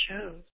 chose